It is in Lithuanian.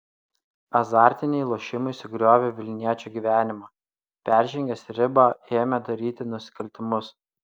azartiniai lošimai sugriovė vilniečio gyvenimą peržengęs ribą ėmė daryti nusikaltimus